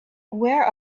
where